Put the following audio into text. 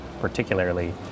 particularly